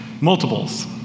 Multiples